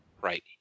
Right